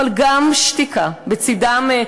אבל גם שתיקה בצדן,